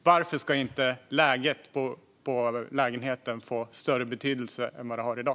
Varför ska inte läget på lägenheten få större betydelse än vad det har i dag?